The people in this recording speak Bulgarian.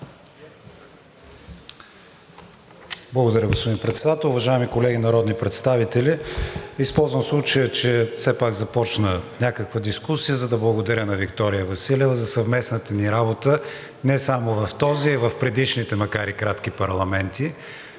Благодаря, господин Председател. Уважаеми колеги народни представители! Използвам случая, че все пак започна някаква дискусия, за да благодаря на Виктория Василева за съвместната ни работа, не само в този, а и в предишните, макар и кратки парламенти.